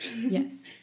Yes